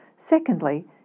Secondly